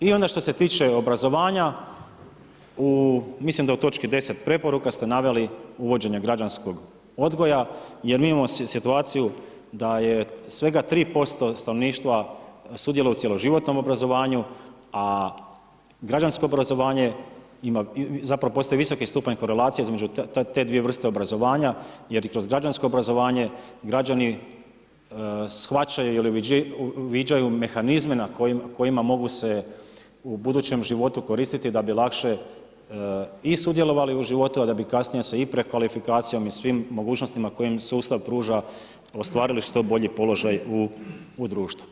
I onda što se tiče obrazovanja u, mislim da u točki 10 preporuka ste naveli uvođenje građanskog odgoja jer mi imamo situaciju da je sve 3% stanovništva sudjeluje u cjeloživotnom obrazovanju a građansko obrazovanje ima, zapravo postoji visoki stupanj korelacije između te dvije vrste obrazovanja jer i kroz građansko obrazovanje građani shvaćaju jer uviđaju mehanizme kojima mogu se u budućem životu koristiti da bi lakše i sudjelovali u životu a da bi kasnije se i prekvalifikacijom i svim mogućnostima koje im sustav pruža ostvarili što bolji položaj u društvu.